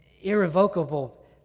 irrevocable